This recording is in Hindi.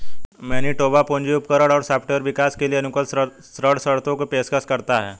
मैनिटोबा पूंजी उपकरण और सॉफ्टवेयर विकास के लिए अनुकूल ऋण शर्तों की पेशकश करता है